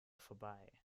vorbei